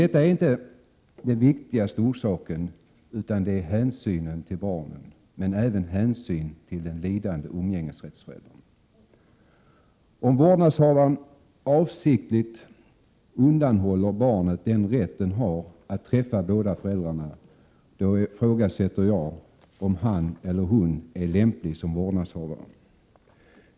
Detta är emellertid inte den viktigaste orsaken, utan det är hänsynen till barnen och även hänsynen till den lidande föräldern som har umgängesrätt. Om vårdnadshavaren avsiktligt undanhåller barnet rätten att träffa båda föräldrarna, ifrågasätter jag om han eller hon är lämplig som vårdnadshavare.